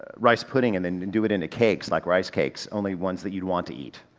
ah rice pudding and then and and do it into cakes, like rice cakes, only ones that you'd want to eat.